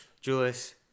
Julius